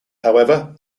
however